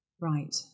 right